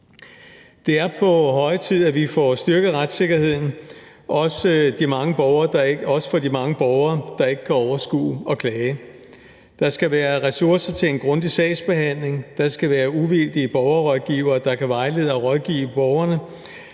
Det er på høje tid, at vi får styrket retssikkerheden, også for de mange borgere, der ikke kan overskue at klage. Der skal være ressourcer til en grundig sagsbehandling; der skal være uvildige borgerrådgivere, der kan vejlede og rådgive borgerne;